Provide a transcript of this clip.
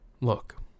Look